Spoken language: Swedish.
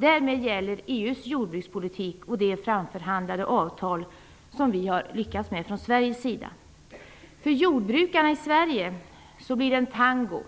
Därmed gäller EU:s jordbrukspolitik och det avtal vi har lyckats framförhandla från Sveriges sida. För jordbrukarna i Sverige blir det en tango: